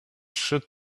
should